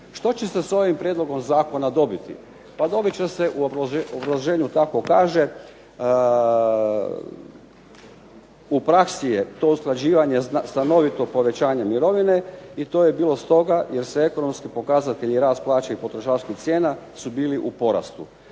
Što će sad s ovim prijedlogom zakona dobiti? Pa dobit će se u obrazloženju tako kaže, u praksi je to usklađivanje stanovito povećanje mirovine i to bi bilo stoga jer su ekonomski pokazatelji, rast plaće i potrošačkih cijena su bili u porastu.